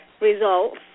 results